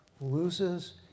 loses